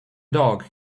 dog